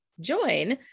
join